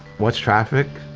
watch traffic.